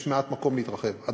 יש מעט מקום להתרחב.